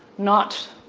not,